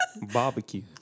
Barbecue